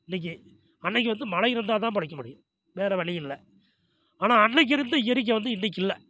இன்னைக்கு அன்னைக்கு வந்து மழை இருந்தால் தான் பிலைக்க முடியும் வேற வலி இல்லை ஆனால் அன்னைக்கு இருந்த இயற்கை வந்து இன்னைக்கு இல்லை